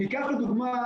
ניקח לדוגמה,